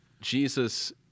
Jesus